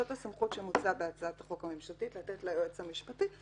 זאת הסמכות שמוצעת בהצעת החוק הממשלתית לתת ליועץ המשפטי,